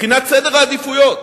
מבחינת סדר העדיפויות: